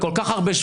אדוני היושב-ראש,